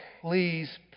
please